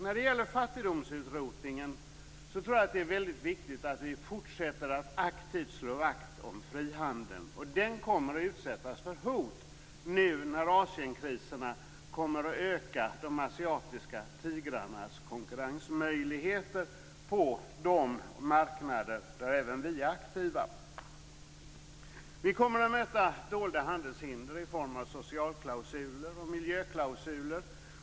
När det gäller fattigdomsutrotningen tror jag att det är mycket viktigt att vi fortsätter att aktivt slå vakt om frihandeln. Den kommer att utsättas för hot när Asienkriserna kommer att öka de asiatiska tigrarnas konkurrensmöjligheter på de marknader där även vi är aktiva. Vi kommer att möta dolda handelshinder i form av socialklausuler och miljöklausuler.